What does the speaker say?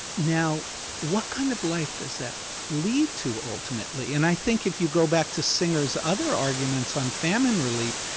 now what kind of life does that lead to ultimately? and i think if you go back to singer's other arguments on famine relief,